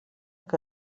que